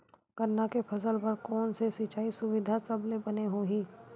गन्ना के फसल बर कोन से सिचाई सुविधा सबले बने होही?